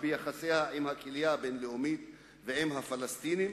ביחסיה עם הקהילה הבין-לאומית ועם הפלסטינים,